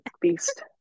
beast